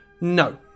No